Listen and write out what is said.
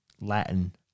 Latin